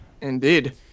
Indeed